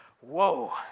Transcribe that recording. whoa